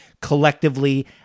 collectively